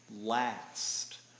last